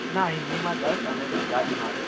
ના હિન્દીમાં દસ અને ગુજરાતીમાં પંદર